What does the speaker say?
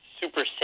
super